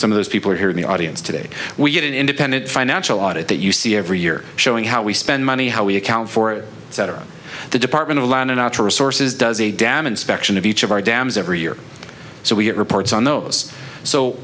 some of those people are here in the audience today we had an independent financial audit that you see every year showing how we spend money how we account for it etc the department of land and out to resources does a dam inspection of each of our dams every year so we get reports on those so